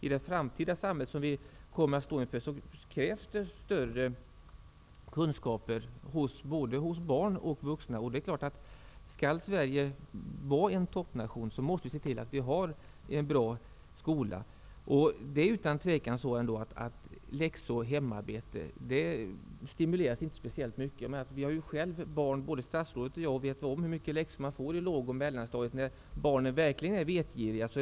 I det framtida samhälle som vi kommer att stå inför krävs det större kunskaper hos både barn och vuxna. Skall Sverige vara en toppnation måste vi se till att vi har en bra skola. Läxor och hemarbete stimuleras utan tvivel inte speciellt mycket. Både statsrådet och jag har ju själva barn, och vi vet om hur mycket läxor barnen får i låg och mellanstadiet, då barnen verkligen är vetgiriga.